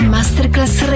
Masterclass